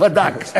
הוא בדק.